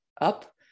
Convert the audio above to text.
up